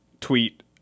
tweet